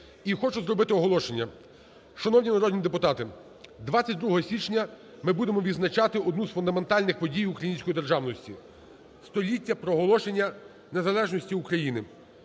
І хочу зробити оголошення. Шановні народні депутати, 22 січня ми будемо відзначати одну з фундаментальних подій української державності – століття проголошення незалежності України.